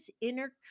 inner